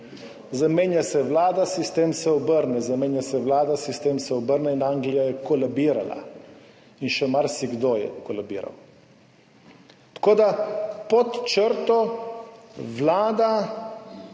Zamenja se vlada, sistem se obrne, zamenja se vlada, sistem se obrne in Anglija je kolabirala. In še marsikdo je kolabiral. Tako da pod črto Vlada